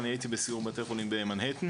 הייתי בסיור בתי חולים במנהטן,